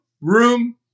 room